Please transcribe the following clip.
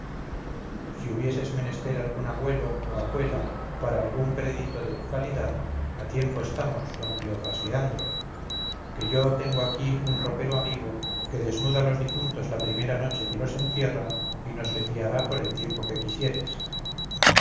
si hubieres menester algún agüelo o agüela para algún crédito de tu calidad a tiempo estamos don cleofás leandro que yo tengo aquí un ropero amigo que desnuda los difuntos la primera noche que los entierran y nos le fiará por el tiempo que quisieres